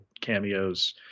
cameos